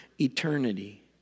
eternity